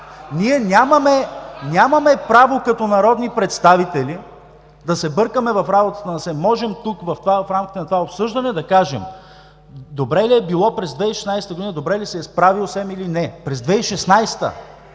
Ние нямаме право като народни представители да се бъркаме в работата на СЕМ. Можем тук, в рамките на това обсъждане, да кажем – добре ли е било през 2016 г., добре ли се е справил СЕМ или не. През 2016 г.!